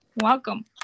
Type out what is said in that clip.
Welcome